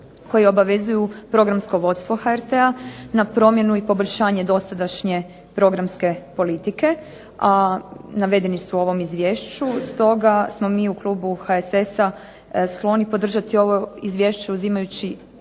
koji obavezuju programsko vodstvo HRT-a na promjenu i poboljšanje dosadašnje programske politike, a navedeni su u ovom izvješću. Stoga smo mi u klubu HSS-a skloni podržati ovo izvješće imajući